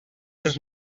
els